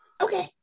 Okay